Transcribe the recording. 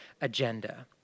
agenda